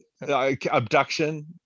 Abduction